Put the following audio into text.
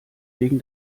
wegen